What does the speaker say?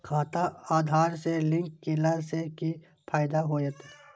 खाता आधार से लिंक केला से कि फायदा होयत?